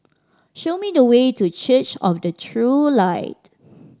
show me the way to Church of the True Light